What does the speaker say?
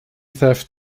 theft